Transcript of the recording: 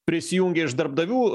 prisijungė iš darbdavių